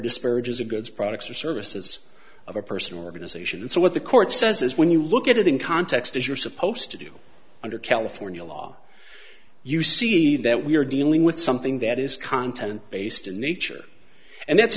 disparages of goods products or services of a person or organization and so what the court says is when you look at it in context as you're supposed to do under california law you see that we're dealing with something that is content based in nature and that's